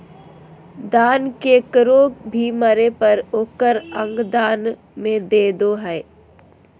दान केकरो भी मरे पर ओकर अंग दान में दे दो हइ